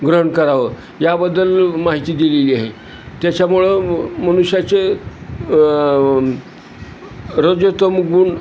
ग्रहण करावं याबद्दल माहिती दिलेली आहे त्याच्यामुळं मनुष्याचे रजोतम गुण